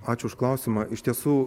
ačiū už klausimą iš tiesų